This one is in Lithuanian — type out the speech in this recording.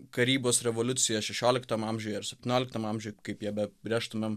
karybos revoliuciją šešioliktam amžiuje ar septynioliktam amžiuj kaip ją apibrėžtumėm